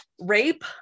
rape